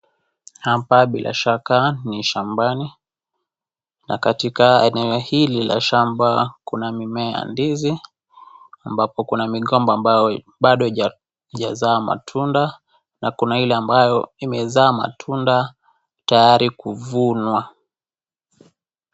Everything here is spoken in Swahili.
Hapa bila shaka ni shambani na katika eneo hili la shamba kuna mimea ya ndizi ambapo kuna migomba ambayo bado haijazaa matunda na Kuna Ile ambayo imezaa matunda tayari kuvunwa.